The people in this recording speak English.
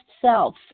self